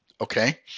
Okay